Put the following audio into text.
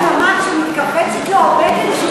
הרי רותם אמר שמתכווצת לו הבטן כשהוא